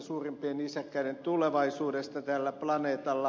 suurimpien nisäkkäiden tulevaisuudesta tällä planeetalla